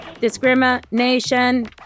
discrimination